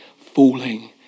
falling